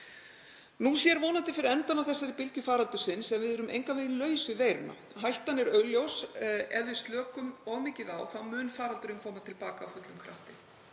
Nú sér vonandi fyrir endann á þessari bylgju faraldursins en við erum engan veginn laus við veiruna. Hættan er augljós. Ef við slökum of mikið á þá mun faraldurinn koma til baka af fullum krafti.